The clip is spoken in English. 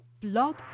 Blog